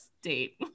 State